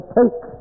take